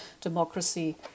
democracy